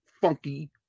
funky